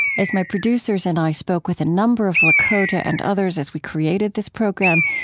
as my producers and i spoke with a number of lakota and others as we created this program,